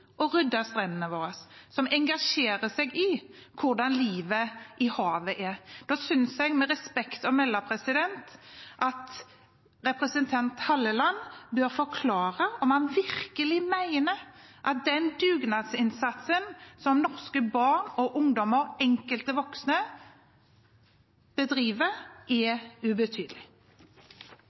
rydde strendene våre, som engasjerer seg i hvordan livet i havet er. Da synes jeg med respekt å melde at representanten Halleland bør forklare om han virkelig mener at den dugnadsinnsatsen som norske barn og ungdommer og enkelte voksne bedriver, er ubetydelig.